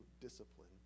discipline